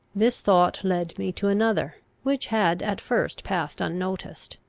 this thought led me to another, which had at first passed unnoticed.